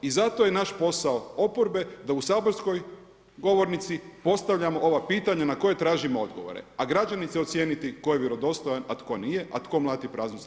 I zato je naš posao oporbe da u saborskoj govornici postavljamo ova pitanja na koje tražimo odgovore a građani će ocijeniti tko je vjerodostojan a tko nije, a tko mlati praznu slamu.